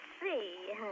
see